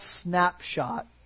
snapshot